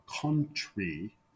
country